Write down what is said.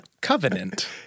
Covenant